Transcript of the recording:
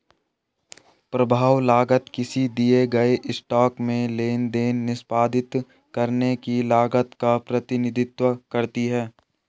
प्रभाव लागत किसी दिए गए स्टॉक में लेनदेन निष्पादित करने की लागत का प्रतिनिधित्व करती है